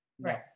Right